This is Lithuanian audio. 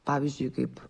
pavyzdžiui kaip